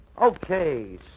Okay